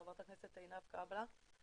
ח"כ עינב קאבלה,